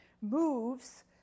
moves